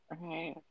right